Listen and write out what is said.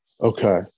Okay